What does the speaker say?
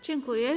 Dziękuję.